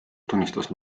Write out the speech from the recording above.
tunnistas